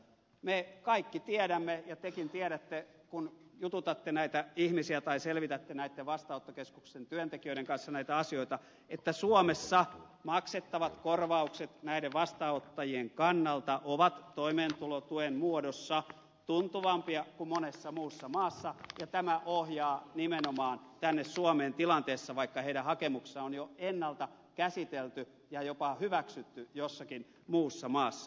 me kaikki tiedämme ja tekin tiedätte kun jututatte näitä ihmisiä tai selvitätte vastaanottokeskusten työntekijöiden kanssa näitä asioita että suomessa maksettavat korvaukset näiden vastaanottajien kannalta ovat toimeentulotuen muodossa tuntuvam pia kuin monessa muussa maassa ja tämä ohjaa nimenomaan tänne suomeen siinä tilanteessa vaikka heidän hakemuksensa on jo ennalta käsitelty ja jopa hyväksytty jossakin muussa maassa